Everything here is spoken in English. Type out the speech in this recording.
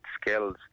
skills